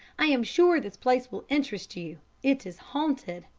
i am sure this place will interest you it is haunted.